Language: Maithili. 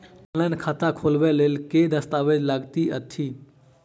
ऑनलाइन खाता खोलबय लेल केँ दस्तावेज लागति अछि?